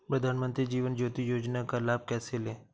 प्रधानमंत्री जीवन ज्योति योजना का लाभ कैसे लें?